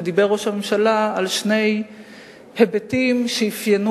ודיבר ראש הממשלה על שני היבטים שאפיינו